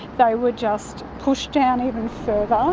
they were just pushed down even further. ah